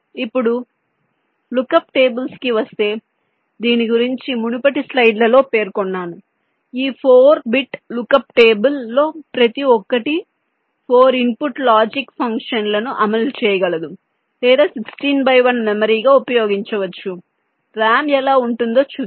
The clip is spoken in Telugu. ఇప్పుడు లుక్అప్ టేబుల్స్ కి వస్తే దీని గురించి మునుపటి స్లైడ్లో పేర్కొన్నాను ఈ 4 బిట్ లుక్అప్ టేబుల్ లో ప్రతి ఒక్కటి 4 ఇన్పుట్ లాజిక్ ఫంక్షన్ను అమలు చేయగలదు లేదా 16 బై 1 మెమరీగా ఉపయోగించవచ్చు RAM ఎలా ఉంటుందో చూద్దాం